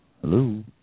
Hello